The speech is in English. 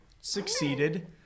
succeeded